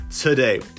today